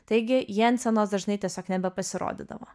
taigi jensenas dažnai tiesiog nebepasirodydavo